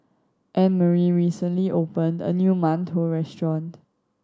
Annmarie recently opened a new mantou restaurant